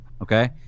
okay